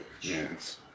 Yes